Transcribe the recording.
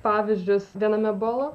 pavyzdžius viename bolo